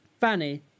Fanny